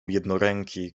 jednoręki